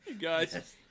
guys